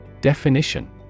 Definition